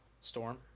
Storm